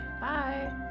Bye